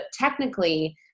technically